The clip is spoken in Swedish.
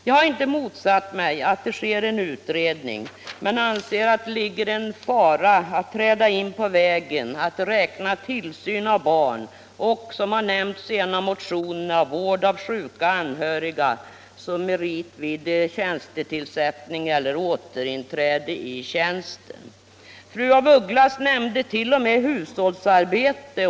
Jag har inte motsatt mig en utredning, men jag anser att det ligger en fara i att beträda den vägen, att man skall räkna tillsyn av barn och — såsom har nämnts i en av motionerna —- vård av sjuka anhöriga som merit vid tjänstetillsättning eller återinträde i tjänst. Fru af Ugglas nämnde t.o.m. hushållsarbete.